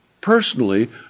personally